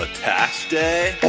ah tax day?